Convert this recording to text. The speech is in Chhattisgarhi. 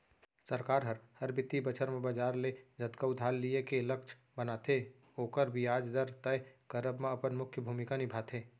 सरकार हर, हर बित्तीय बछर म बजार ले जतका उधार लिये के लक्छ बनाथे ओकर बियाज दर तय करब म अपन मुख्य भूमिका निभाथे